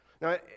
Now